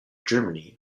germany